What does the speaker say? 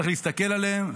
צריך להסתכל עליהם,